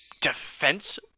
defense